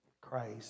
Christ